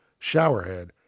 showerhead